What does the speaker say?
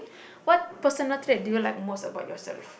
what personal trait do you like most about yourself